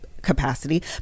capacity